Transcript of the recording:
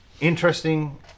Interesting